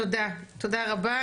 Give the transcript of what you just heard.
תודה רבה.